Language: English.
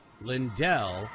lindell